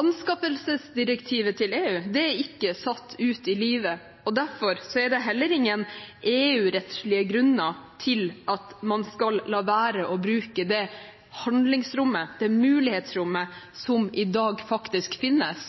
Anskaffelsesdirektivet til EU er ikke satt ut i livet. Derfor er det heller ingen EU-rettslige grunner til at man skal la være å bruke det handlingsrommet, det mulighetsrommet, som i dag faktisk finnes.